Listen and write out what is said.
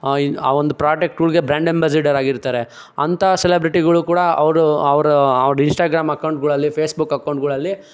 ಈ ಆ ಒಂದು ಪ್ರೊಡಕ್ಟ್ಗಳಿಗೆ ಬ್ರ್ಯಾಂಡ್ ಅಂಬಾಸಿಡರ್ ಆಗಿರ್ತಾರೆ ಅಂತ ಸೆಲೆಬ್ರಿಟಿಗಳು ಕೂಡ ಅವರು ಅವರು ಅವ್ರು ಇನ್ಸ್ಟಾಗ್ರಾಮ್ ಅಕೌಂಟ್ಗಳಲ್ಲಿ ಫೇಸ್ಬುಕ್ ಅಕೌಂಟ್ಗಳಲ್ಲಿ